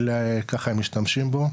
ככה הם משתמשים בו.